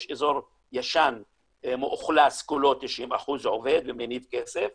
יש אזור ישן מאוכלס כולו, 90% עובד, מניב כסף.